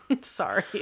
sorry